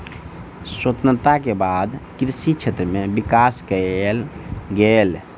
स्वतंत्रता के बाद कृषि क्षेत्र में विकास कएल गेल